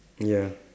ya